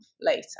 later